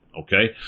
Okay